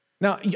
Now